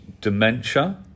dementia